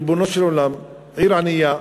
ריבונו של עולם, עיר ענייה,